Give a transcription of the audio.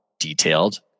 detailed